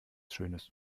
schönes